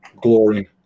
glory